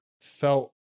felt